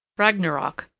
ragnarok,